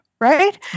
Right